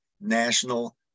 National